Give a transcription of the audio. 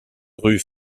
rue